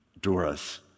Doris